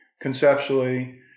conceptually